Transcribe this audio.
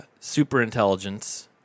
superintelligence